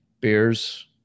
beers